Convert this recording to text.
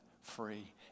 free